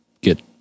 get